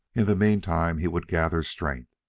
in the meantime, he would gather strength.